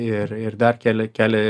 ir ir dar keli keli